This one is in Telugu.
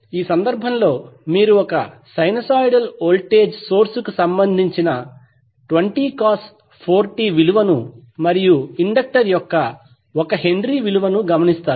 ఈ సందర్భంలో మీరు ఒక సైనోసాయిడల్ వోల్టేజ్ సోర్స్ కు సంబంధించిన 20 cos⁡4t విలువను మరియు ఇండక్టర్ యొక్క 1H విలువ ను గమనిస్తారు